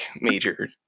major